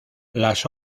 las